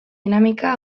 dinamika